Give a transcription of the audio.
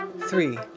three